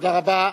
תודה רבה.